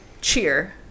cheer